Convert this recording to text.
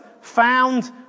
found